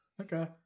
Okay